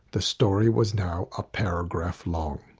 the story was now a paragraph long.